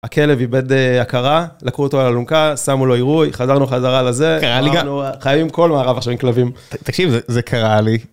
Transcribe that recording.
הכלב איבד הכרה, לקחו אותו על אלונקה, שמו לו עירוי חזרנו חזרה לזה, חייבים כל מארב עכשיו עם כלבים. תקשיב זה קרה לי.